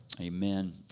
Amen